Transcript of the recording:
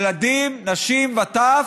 ילדים, נשים וטף.